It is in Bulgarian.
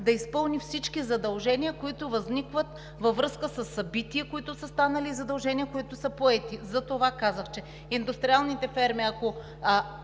да изпълни всички задължения, които възникват във връзка със събития, които са станали, и задължения, които са поети. Затова казах, че индустриалните ферми, ако